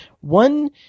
One